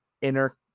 inner